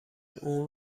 اون